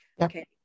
Okay